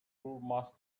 must